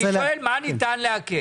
אני שואל מה ניתן להקל.